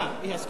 אתה נגד.